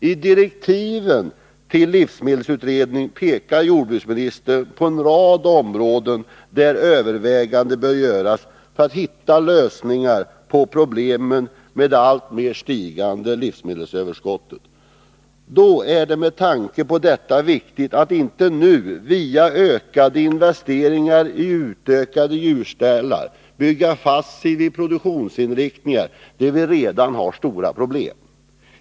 I direktiven till livsmedelsutredningen pekar jordbruksministern på en rad områden där överväganden bör göras för att hitta lösningar på problemen med det alltmer stigande livsmedelsöverskottet. Med tanke på detta är det viktigt att inte nu via ytterligare investeringar i utökade djurstallar bygga fast sig vid produktionsinriktningar som redan nu har stora problem.